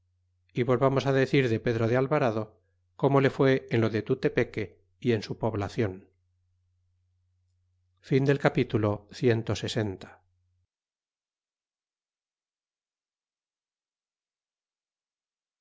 y volvamos decir de pedro de alvarado como le fu é en lo de tutepeque y en su poblacion capitulo c